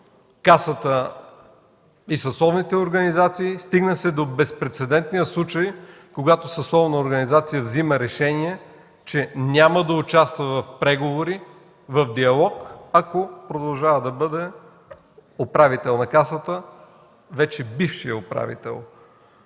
Касата и съсловните организации. Стигна се до безпрецедентния случай, когато съсловна организация взема решение, че няма да участва в преговори, в диалог, ако вече бившият управител продължава да бъде управител